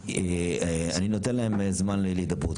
אני נותן להם זמן להידברות.